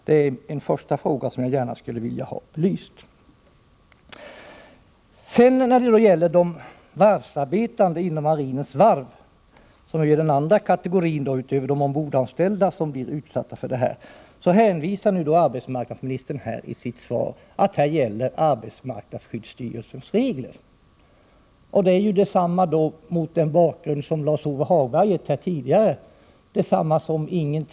Det är en fråga som jag gärna skulle vilja ha belyst. Den andra kategorin som blir utsatt för asbest, utöver de ombordanställda, är varvsarbetarna inom marinens varv. I sitt svar hänvisar arbetsmarknadsministern till att arbetarskyddsstyrelsens regler gäller också för dem. Mot den bakgrund som Lars-Ove Hagberg tidigare har gett är det detsamma som att hänvisa till ingenting.